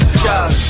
chug